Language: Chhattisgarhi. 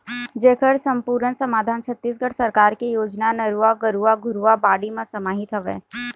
जेखर समपुरन समाधान छत्तीसगढ़ सरकार के योजना नरूवा, गरूवा, घुरूवा, बाड़ी म समाहित हवय